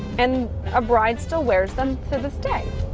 and a bride still wears them to this day.